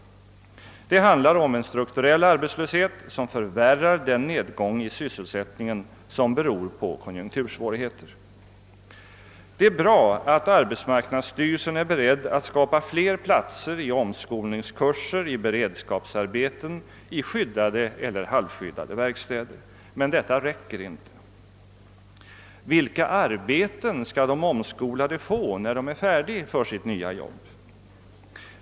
Det handlar om en strukturell arbetslöshet som förvärrar den nedgång i sysselsättningen som beror på konjunktursvårigheter. Det är bra att arbetsmarknadsstyrelsen är beredd att skapa fler platser i omskolningskurser, i beredskapsarbeten, i skyddade eller halvskyddade verkstäder. Men detta räcker inte. Vilka arbeten skall de omskolade få, när de är färdiga för sina nya jobb?